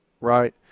Right